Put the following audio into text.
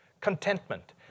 Contentment